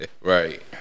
Right